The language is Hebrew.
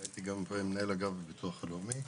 הייתי מנהל אגף בביטוח הלאומי.